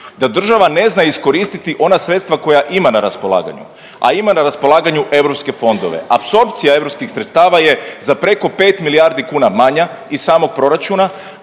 da država ne zna iskoristiti ona sredstva koja ima na raspolaganju, a ima na raspolaganju europske fondove. Apsorpcija europskih sredstava je za preko 5 milijardi kuna manja iz samog proračuna,